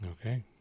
Okay